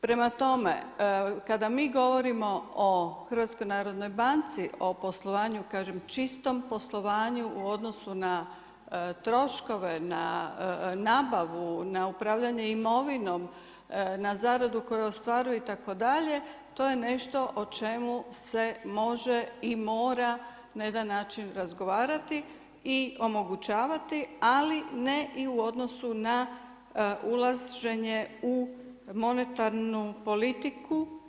Prema tome, kada mi govorimo o Hrvatskoj narodnoj bani, o poslovanju, kažem čistom poslovanju u odnosu na troškove, nabavu, na upravljanje imovinom, na zaradu koju ostvaruju itd. to je nešto o čemu se može i mora na jedan način razgovarati i omogućavati, ali ne i u odnosu na ulaženje u monetarnu politiku.